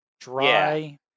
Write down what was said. dry